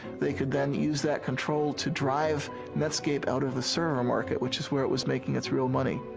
they could then use that control to drive netscape out of the server market, which was where it was making its real money.